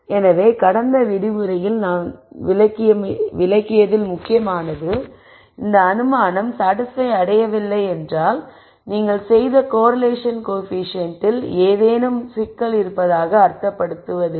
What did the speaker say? எனவே கடந்த விரிவுரையில் நான் விளக்கியதில் முக்கியமானது இந்த அனுமானம் சாடிஸ்பய் அடையவில்லை என்றால் நீங்கள் செய்த கோரிலேஷன் கோயபிசியன்டில் ஏதேனும் சிக்கல் இருப்பதாக அர்த்தப்படுத்துவதில்லை